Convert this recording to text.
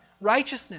Righteousness